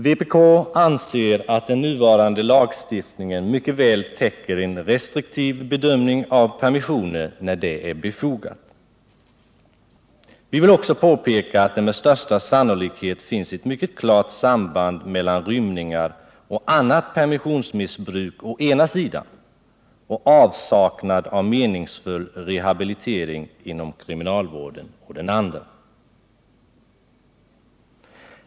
Vpk anser att den nuvarande lagstiftningen mycket väl täcker en restriktiv bedömning av permissioner när det är befogat. Vi vill också påpeka att det med största sannolikhet finns ett mycket klart samband mellan rymningar och annat permissionsmissbruk å ena sida och avsaknad av meningsfull rehabilitering inom kriminalvården å den andra.